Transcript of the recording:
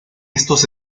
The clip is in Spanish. estos